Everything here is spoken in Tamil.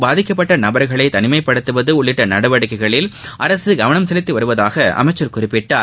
பாதிக்கப்பட்ட நபர்களை தனிமைப்படுத்துவது உள்ளிட்ட நடவடிக்கைகளில் அரசு கவனம் செலுத்தி வருவதாக அமைச்சர் குறிப்பிட்டார்